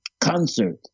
concert